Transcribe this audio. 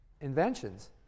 inventions